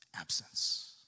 absence